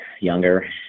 younger